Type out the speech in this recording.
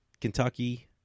Kentucky